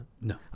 No